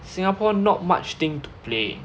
Singapore not much thing to play